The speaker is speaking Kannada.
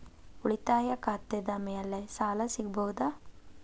ಉಳಿತಾಯ ಖಾತೆದ ಮ್ಯಾಲೆ ಸಾಲ ಸಿಗಬಹುದಾ?